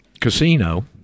casino